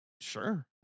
Sure